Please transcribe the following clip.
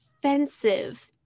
offensive